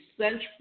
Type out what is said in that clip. central